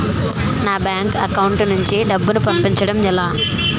నా bank account నుంచి డబ్బును పంపించడం ఎలా?